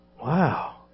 Wow